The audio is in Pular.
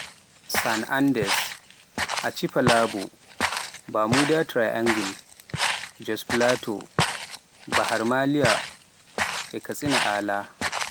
San Andess, Achipalabo, Bamuda triangle, Jos Plateau, Bahaar Maliiya, katsina ala.